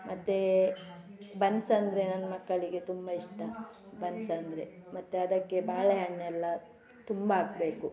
ಮತ್ತೆ ಬನ್ಸ್ ಅಂದರೆ ನನ್ನ ಮಕ್ಕಳಿಗೆ ತುಂಬ ಇಷ್ಟ ಬನ್ಸ್ ಅಂದರೆ ಮತ್ತೆ ಅದಕ್ಕೆ ಬಾಳೆಹಣ್ಣೆಲ್ಲ ತುಂಬ ಹಾಕ್ಬೇಕು